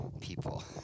people